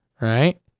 right